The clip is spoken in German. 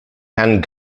herrn